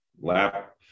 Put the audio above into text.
LAP